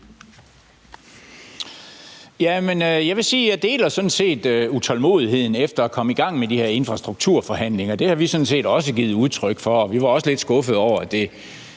set deler utålmodigheden efter at komme i gang med de her infrastrukturforhandlinger. Det har vi sådan set også givet udtryk for, og vi var også lidt skuffede over, at